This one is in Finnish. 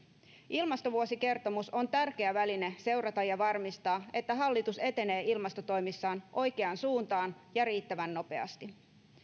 ilmastovuosikertomus on tärkeä väline seurata ja varmistaa että hallitus etenee ilmastotoimissaan oikeaan suuntaan ja riittävän nopeasti